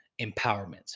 empowerment